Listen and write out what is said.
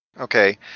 okay